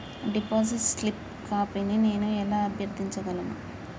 Deposit slip కాపీని నేను ఎలా అభ్యర్థించగలను?